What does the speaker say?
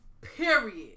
Period